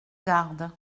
garde